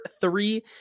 three